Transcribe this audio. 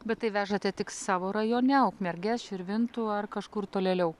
bet tai vežate tik savo rajone ukmergės širvintų ar kažkur tolėliau